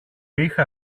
είχα